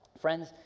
Friends